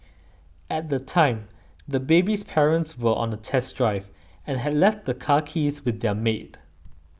at the time the baby's parents were on a test drive and had left the car keys with their maid